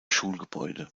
schulgebäude